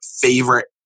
favorite